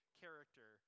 character